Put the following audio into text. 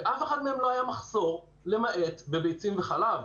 ובאף אחד מהם לא היה מחסור למעט בביצים וחלב.